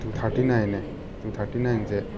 two thirty ꯅꯥꯏꯟꯅꯦ two thirty ꯅꯥꯏꯟꯁꯦ